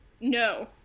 No